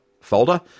folder